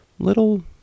little